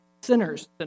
sinners